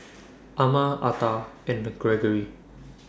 Ama Arta and Greggory